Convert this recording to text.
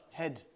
head